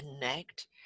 connect